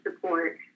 support